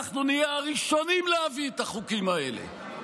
אנחנו נהיה הראשונים להביא את החוקים האלה,